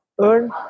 earn